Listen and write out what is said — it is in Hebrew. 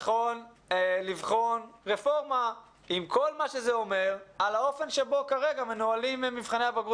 אתה מסכים שנכון לבחון רפורמה על האופן שבו מנוהלים מבחני הבגרות